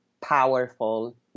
powerful